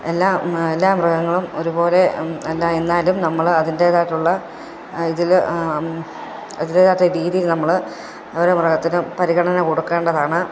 എല്ലാ എല്ലാ മൃഗങ്ങളും ഒരുപോലെ അല്ല എന്നാലും നമ്മൾ അതിൻ്റേതായിട്ടുള്ള ഇതിൽ അതിൻ്റൃതായിട്ട രീതിയിൽ നമ്മള് അവർ മൃഗത്തിന് പരിഗണന കൊടുക്കേണ്ടതാണ്